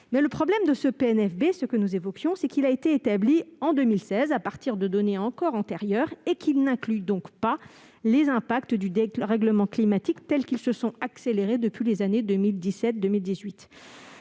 mois. Le problème du PNFB, comme nous l'avons évoqué, est qu'il a été établi en 2016, à partir de données encore antérieures et qui n'incluaient donc pas les impacts du dérèglement climatique, lesquels ont accéléré depuis les années 2017-2018.